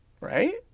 right